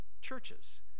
churches